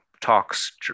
talks